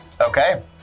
Okay